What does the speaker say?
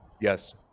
Yes